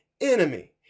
enemy